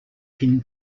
pin